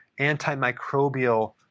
antimicrobial